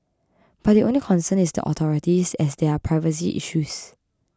but the only concern is the authorities as there are privacy issues